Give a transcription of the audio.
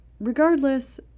Regardless